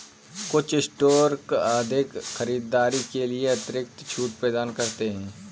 कुछ स्टोर अधिक खरीदारी के लिए अतिरिक्त छूट प्रदान करते हैं